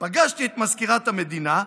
פגשתי את מזכירת המדינה,